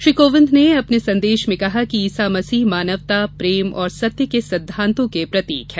श्री कोविंद ने अपने संदेश में कहा कि ईसा मसीह मानवता प्रेम और सत्य के सिद्धांतों के प्रतीक हैं